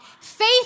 Faith